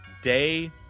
day